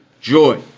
joy